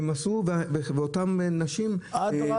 הן עשו ואותם נשים --- אדרבה.